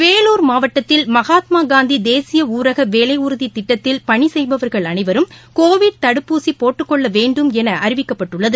வேலூர் மாவட்டத்தில் மகாத்மா காந்தி தேசிய ஊரக வேலை உறுதி திட்டத்தில் பணி செய்பவர்கள் அனைவரும் கோவிட் தடுப்பூசி போட்டுக்கொள்ள வேண்டும் என அறிவிக்கப்பட்டுள்ளது